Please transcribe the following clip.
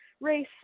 race